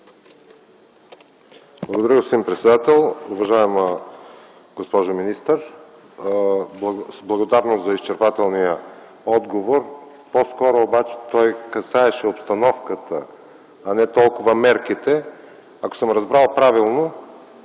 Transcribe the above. Благодаря, господин председател. Уважаема госпожо министър, с благодарност за изчерпателния отговор, по-скоро обаче той касаеше обстановката, а не толкова мерките. Ако съм разбрал правилно